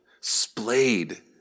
Splayed